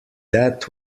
that